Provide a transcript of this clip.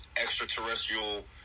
extraterrestrial